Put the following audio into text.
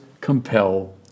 compel